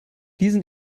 diesen